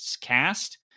cast